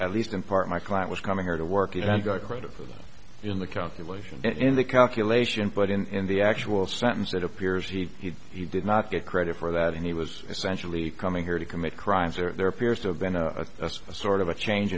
at least in part my client was coming here to work and got credit for that in the company lation in the calculation but in the actual sentence it appears he he he did not get credit for that and he was essentially coming here to commit crimes or there appears to have been a sort of a change